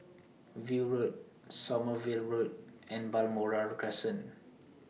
View Road Sommerville Road and Balmoral Crescent